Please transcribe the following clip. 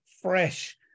fresh